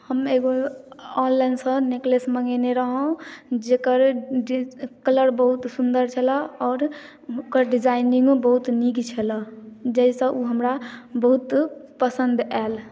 हम एगो ऑनलाइनसँ नेकलेस मंगेने रहुँ जकर डि कलर बहुत सुन्दर छलै आओर ओकर डिजाइनिंगो बहुत नीक छलै जाहिसँ ओ हमरा बहुत पसन्द आयल